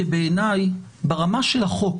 כי בעיניי ברמה של החוק